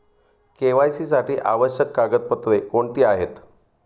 KYC साठी आवश्यक कागदपत्रे कोणती आहेत?